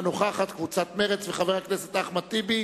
קבוצת מרצ וחבר הכנסת אחמד טיבי,